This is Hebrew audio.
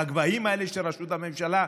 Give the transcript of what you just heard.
בגבהים האלה של ראשות הממשלה,